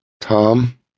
Tom